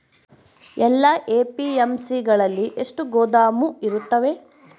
ಎಲ್ಲಾ ಎ.ಪಿ.ಎಮ್.ಸಿ ಗಳಲ್ಲಿ ಎಷ್ಟು ಗೋದಾಮು ಇರುತ್ತವೆ?